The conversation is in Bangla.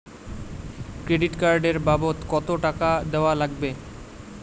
ক্রেডিট কার্ড এর বাবদ কতো টাকা দেওয়া লাগবে?